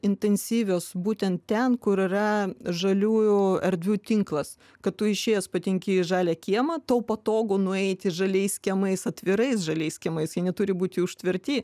intensyvios būtent ten kur yra žalių erdvių tinklas kad tu išėjęs patenki į žalią kiemą tau patogu nueiti žaliais kiemais atvirais žaliais kiemais jie neturi būti užtverti